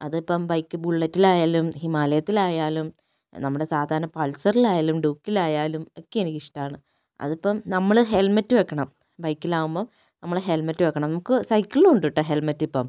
അതിപ്പം ബൈക്ക് ബുള്ളറ്റിലായാലും ഹിമാലയത്തിലായാലും നമ്മളുടെ സാധാരണ പൾസറിലായാലും ഡ്യൂക്കിലായാലും ഒക്കെ എനിക്ക് ഇഷ്ടമാണ് അതിപ്പം നമ്മള് ഹെൽമെറ്റ് വെക്കണം ബൈക്കിലാകുമ്പോൾ നമ്മള് ഹെൽമെറ്റ് വെക്കണം നമുക്ക് സൈക്കളിലും ഉണ്ട് കെട്ടോ ഹെൽമെറ്റ് ഇപ്പം